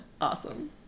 Awesome